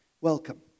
welcome